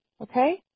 Okay